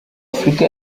afurika